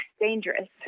dangerous